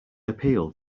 appeal